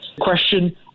question